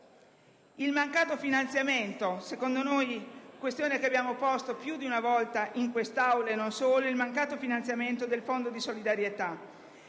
il rifinanziamento del fondo di solidarietà